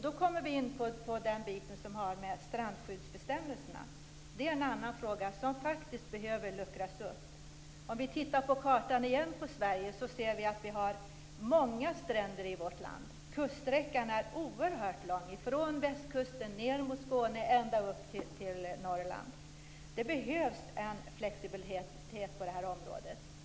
Då kommer vi in på den biten som har med strandskyddsbestämmelserna att göra. Det är en annan fråga som faktiskt behöver luckras upp. Om vi tittar på kartan över Sverige igen kan vi se att vi har många stränder i vårt land. Kuststräckan är oerhört lång från västkusten, ned mot Skåne och ända upp till Norrland. Det behövs en flexibilitet på det här området.